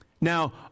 Now